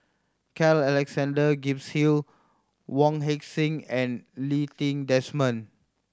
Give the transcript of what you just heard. Carl Alexander Gibson Hill Wong Heck Sing and Lee Ti Desmond